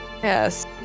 Yes